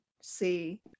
see